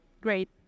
great